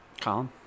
Colin